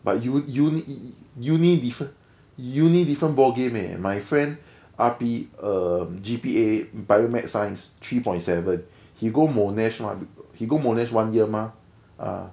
but you uni uni uni different uni different ball game eh my friend R_P um G_P_A bio med science three point seven he go monash mah he go monash one year mah